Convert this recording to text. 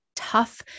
Tough